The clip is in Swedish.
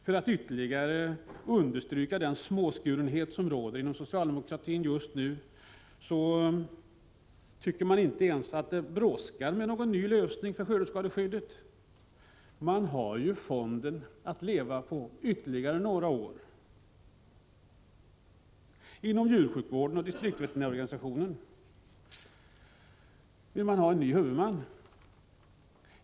Som ett ytterligare understrykande av den småskurenhet som råder inom socialdemokratin just nu tycker man inte ens att det brådskar med någon ny lösning av skördeskadeskyddet — man har ju fonden att leva på ytterligare några år! Inom djursjukvården och distriktsveterinärsorganisationen vill man ha en ny huvudman.